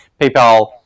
paypal